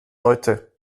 heute